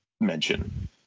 mention